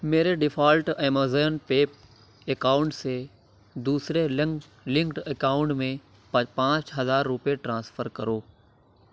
میرے default Amazon Pay account سے دوسرے لنک لنکڈ اکاؤنٹ میں پانچ ہزار روپے ٹرانسفر کرو